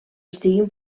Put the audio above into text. estiguin